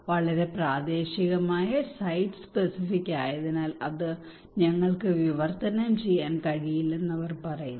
വളരെ പ്രാദേശികമായ site specific ആയതിനാൽ ഞങ്ങൾക്ക് അത് വിവർത്തനം ചെയ്യാൻ കഴിയില്ലെന്ന് അവർ പറയുന്നു